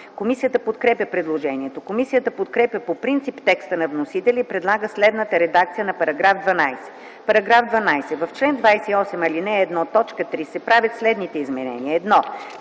Комисията не подкрепя предложението. Комисията подкрепя по принцип текста на вносителя и предлага следната редакция на § 1: „§ 1. В чл. 25 се правят следните изменения